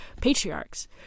patriarchs